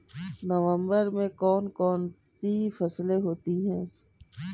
नवंबर में कौन कौन सी फसलें होती हैं?